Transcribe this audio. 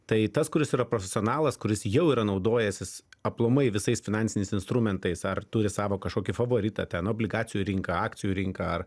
tai tas kuris yra profesionalas kuris jau yra naudojęsis aplamai visais finansiniais instrumentais ar turi savo kažkokį favoritą ten obligacijų rinką akcijų rinką ar